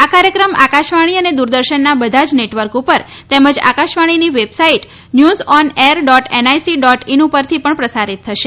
આ કાર્યક્રમ આકાશવાણી અને દૂરદર્શનના બધા જ નેટવર્ક ઉપર તેમજ આકાશવાણીની website news on air dot NIC dot in પરથી પણ પ્રસારીત થશે